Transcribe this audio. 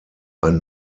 ein